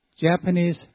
Japanese